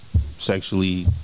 sexually